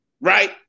right